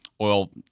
oil